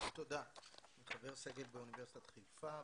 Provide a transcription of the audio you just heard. חבר סגל באוניברסיטת חיפה,